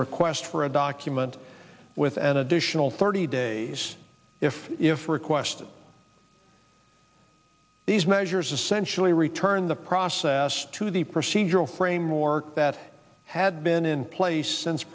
request for a document with an additional thirty days if if requested these measures essentially return the process to the procedural framework that had been in place since